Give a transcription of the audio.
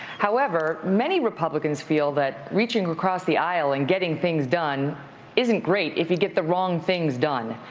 however, many republicans feel that reaching across the aisle and getting things done isn't great if you get the wrong things done.